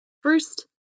First